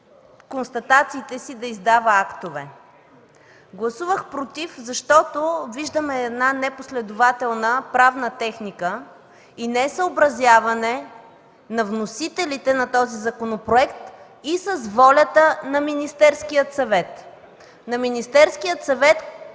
констатациите си да издава актове. Гласувах „против”, защото виждаме една непоследователна правна техника и несъобразяване на вносителите на този законопроект и с волята на Министерския съвет.